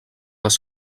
les